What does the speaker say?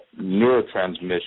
neurotransmission